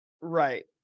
Right